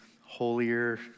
holier